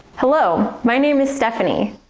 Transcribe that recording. hello, my name is stephanie.